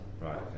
right